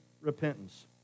Repentance